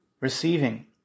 receiving